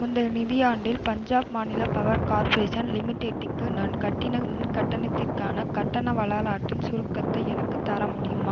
முந்தைய நிதியாண்டில் பஞ்சாப் மாநில பவர் கார்ப்ரேஷன் லிமிடெடுக்கு நான் கட்டின மின் கட்டணத்திற்கான கட்டண வரலாற்றின் சுருக்கத்தை எனக்குத் தர முடியுமா